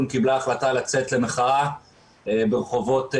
קיבלה החלטה לצאת למחאה ברחובות ישראל.